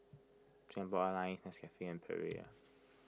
Singapore Airlines Nescafe and Perrier